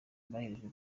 boherejwe